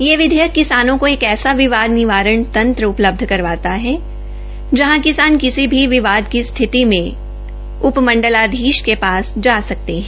यह विधेयक किसानों को एक ऐसा विवाद निवारण तंत्र उपलक्ष्य करवाता है जहां किसान किसी भी विवाद की स्थिति में उपमंडलाधीश के पास जा सकता है